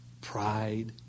pride